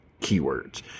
keywords